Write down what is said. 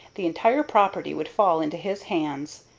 the entire property would fall into his hands.